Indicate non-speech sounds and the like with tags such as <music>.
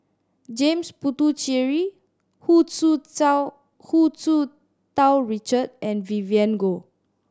James Puthucheary Hu Tsu <unintelligible> Hu Tsu Tau Richard and Vivien Goh